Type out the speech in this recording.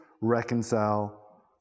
reconcile